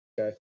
okay